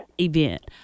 event